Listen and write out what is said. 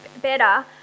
better